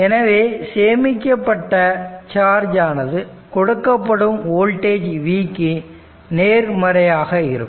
எனவே சேமிக்கப்பட்ட சார்ஜ் ஆனது கொடுக்கப்படும் வோல்டேஜ் V க்கு நேர்மறையாக இருக்கும்